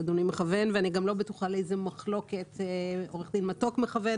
אדוני מכוון ואני גם לא בטוחה לאיזו מחלוקת עורך דין מתוק מכוון.